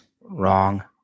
Wrong